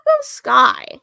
Sky